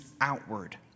outward